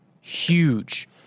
huge